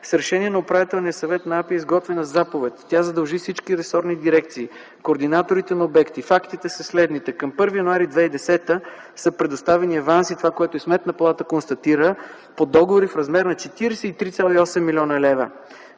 С решение на Управителния съвет на АПИ е изготвена заповед, която задължи всички ресорни дирекции и координатори на обекти. Фактите са следните. Към 1 януари 2010 г. са предоставени аванси – това, което констатира и Сметната палата – по договори в размер на 43,8 млн. лв.